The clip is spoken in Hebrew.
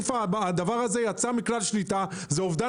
הדבר הזה יצא מכלל שליטה; זה אובדן